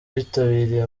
bitabiriye